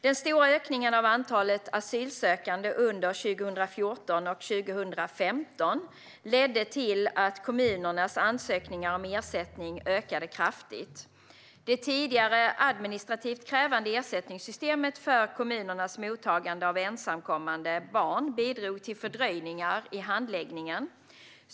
Den stora ökningen av antalet asylsökande under 2014 och 2015 ledde till att kommunernas ansökningar om ersättning ökade kraftigt. Det tidigare administrativt krävande ersättningssystemet för kommunernas mottagande av ensamkommande barn bidrog till fördröjningar i handläggningen.